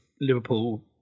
Liverpool